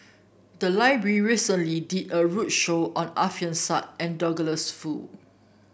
the library recently did a roadshow on Alfian Sa and Douglas Foo